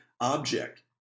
object